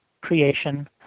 creation